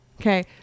Okay